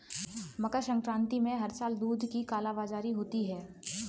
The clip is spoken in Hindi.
मकर संक्रांति में हर साल दूध की कालाबाजारी होती है